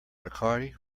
bacardi